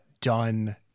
done